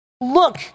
Look